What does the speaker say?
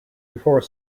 before